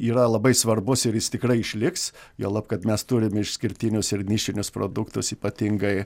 yra labai svarbus ir jis tikrai išliks juolab kad mes turim išskirtinius ir nišinius produktus ypatingai